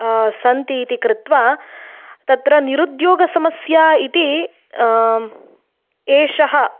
सन्ति इति कृत्वा तत्र निरुद्योगसमस्या इति एषः